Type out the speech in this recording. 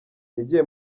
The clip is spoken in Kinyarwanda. yagiye